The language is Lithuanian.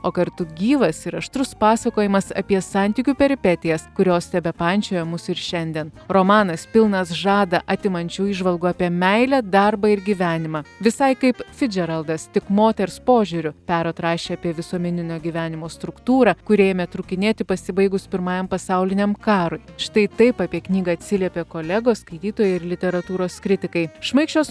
o kartu gyvas ir aštrus pasakojimas apie santykių peripetijas kurios tebepančioja mus ir šiandien romanas pilnas žadą atimančių įžvalgų apie meilę darbą ir gyvenimą visai kaip fidžeraldas tik moters požiūriu perot rašė apie visuomeninio gyvenimo struktūrą kuri ėmė trūkinėti pasibaigus pirmajam pasauliniam karui štai taip apie knygą atsiliepė kolegos skaitytojai ir literatūros kritikai šmaikščios